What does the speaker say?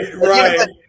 right